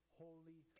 holy